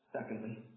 Secondly